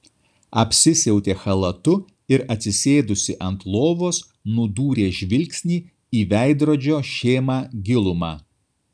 apsisiautė chalatu ir atsisėdusi ant lovos nudūrė žvilgsnį į veidrodžio šėmą gilumą